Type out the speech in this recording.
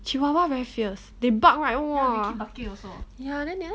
chihuahua very fierce they bark right !wah! ya then